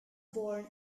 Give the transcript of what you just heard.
born